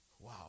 Wow